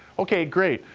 okay, great.